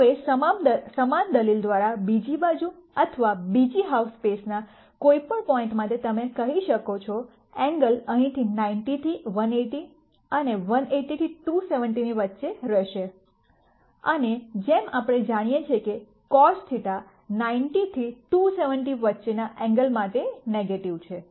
હવે સમાન દલીલ દ્વારા બીજી બાજુ અથવા બીજી હાલ્ફ સ્પેસના કોઈપણ પોઇન્ટ માટે તમે કહી શકો છો એંગલ અહીં 90 થી 180 અને 180 થી 270 ની વચ્ચે રહેશે અને જેમ આપણે જાણીએ છીએ કે cos θ 90 થી 270 વચ્ચેના એંગલ માટે નેગેટિવ છે